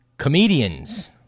comedians